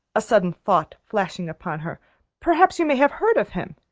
a sudden thought flashing upon her perhaps you may have heard of him?